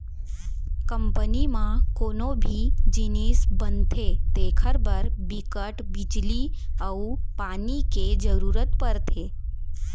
company म कोनो भी जिनिस बनथे तेखर बर बिकट बिजली अउ पानी के जरूरत परथे